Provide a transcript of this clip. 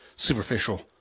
Superficial